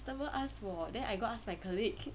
customer ask hor then I go ask my colleague